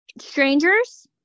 Strangers